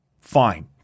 fine